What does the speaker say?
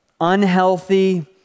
unhealthy